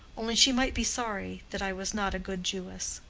only, she might be sorry that i was not a good jewess.